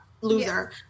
loser